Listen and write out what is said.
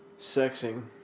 sexing